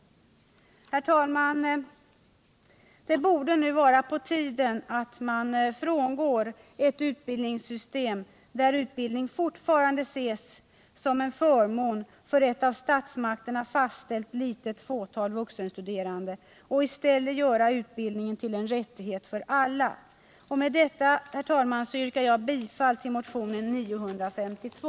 Herr talman! Det borde nu vara på tiden att frångå ett utbildningssystem, där utbildning fortfarande ses som en förmån för ett av statsmakterna fastställt litet fåtal vuxenstuderande, och i stället göra utbildningen till en rättighet för alla. Med detta yrkar jag bifall till motionen 952.